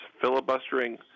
filibustering